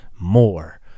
more